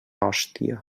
hòstia